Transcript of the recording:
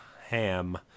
Ham